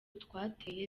twateye